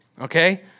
Okay